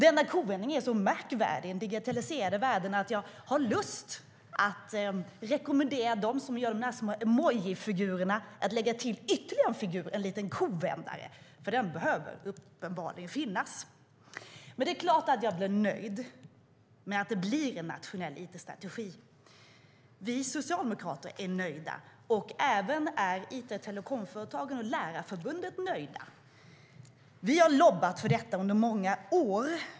Denna kovändning är så märkvärdig i den digitaliserade världen att jag har lust att rekommendera dem som gör de små emojifigurerna att lägga till ytterligare en figur - en liten kovändare. Den behöver uppenbarligen finnas. Det är klart att jag är nöjd med att det blir en nationell it-strategi. Vi socialdemokrater är nöjda, och även it och telekomföretagen samt Lärarförbundet är nöjda. Vi har lobbat för detta under många år.